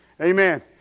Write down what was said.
Amen